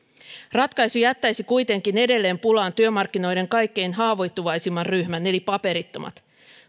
ratkaisu jättäisi kuitenkin edelleen pulaan työmarkkinoiden kaikkein haavoittuvaisimman ryhmän eli paperittomat